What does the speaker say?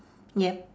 yup